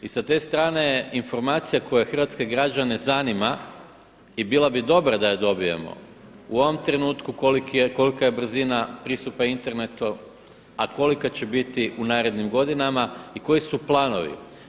I sa te strane informacija koja hrvatske građane zanima i bila bi dobra da je dobijemo u ovom trenutku kolika je brzina pristupa internetu, a kolika će biti u narednim godinama i koji su planovi.